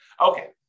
Okay